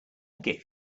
gave